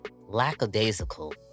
Lackadaisical